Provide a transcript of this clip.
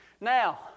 Now